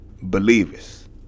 believers